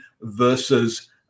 versus